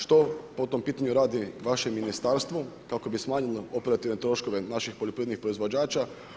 Što po tom pitanju radi vaše ministarstvo kako bi smanjilo operativne troškove naših poljoprivrednih proizvođača?